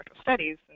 studies